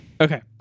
Okay